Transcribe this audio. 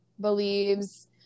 believes